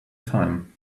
time